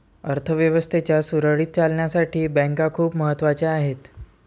अर्थ व्यवस्थेच्या सुरळीत चालण्यासाठी बँका खूप महत्वाच्या आहेत